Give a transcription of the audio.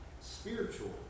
spiritual